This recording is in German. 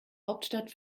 hauptstadt